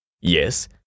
Yes